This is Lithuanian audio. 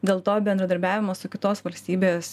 dėl to bendradarbiavimo su kitos valstybės